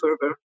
further